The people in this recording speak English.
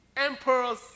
emperors